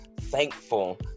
thankful